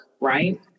Right